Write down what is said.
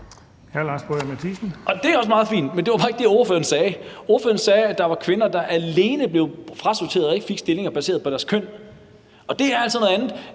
Det er også meget fint, men det var bare ikke det, ordføreren sagde. Ordføreren sagde, at der var kvinder, der alene blev frasorteret og ikke fik stillinger baseret på deres køn, og det er altså noget andet,